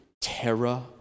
terror